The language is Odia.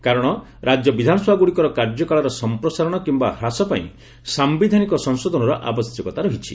କାରଣ ରାଜ୍ୟ ବିଧାନସଭାଗୁଡ଼ିକର କାର୍ଯ୍ୟକାଳର ସମ୍ପ୍ରସାରଣ କିମ୍ବା ହ୍ରାସ ପାଇଁ ସାୟିଧାନିକ ସଂଶୋଧନର ଆବଶ୍ୟକତା ରହିଛି